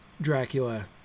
Dracula